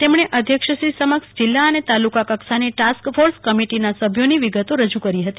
તેમણે અધ્યક્ષશ્રી સમક્ષ જિલ્લા અને તાલુકા કક્ષાની ટાસ્ક ફોર્સ કમ્રિટિનાસભ્યોની વિગતો રજુ કરી હતી